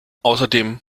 außerdem